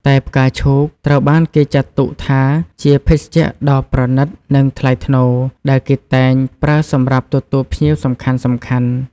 តែផ្កាឈូក ត្រូវបានគេចាត់ទុកថាជាភេសជ្ជៈដ៏ប្រណីត និងថ្លៃថ្នូរ ដែលគេតែងប្រើសម្រាប់ទទួលភ្ញៀវសំខាន់ៗ